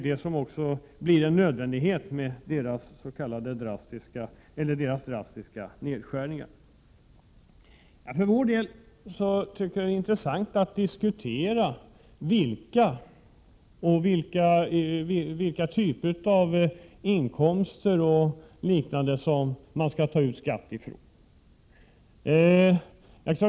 Det blir också en nödvändig följd av deras drastiska nedskärningar av de offentliga utgifterna. För min del tycker jag att det är intressant att diskutera vilka typer av inkomster och liknande man skall ta ut skatt på.